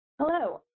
Hello